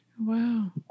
Wow